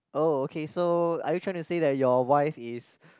oh okay so are you trying to say that your wife is